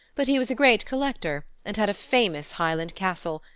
but he was a great collector and had a famous highland castle,